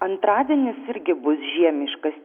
antradienis irgi bus žiemiškas